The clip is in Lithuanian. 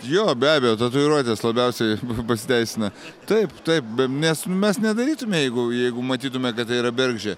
jo be abejo tatuiruotės labiausiai pasiteisina taip taip mes mes nedarytume jeigu jeigu matytume kad tai yra bergždžia